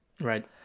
Right